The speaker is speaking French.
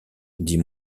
dit